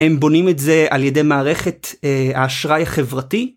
הם בונים את זה על ידי מערכת האשראי החברתי.